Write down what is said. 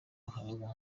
harimo